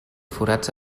forats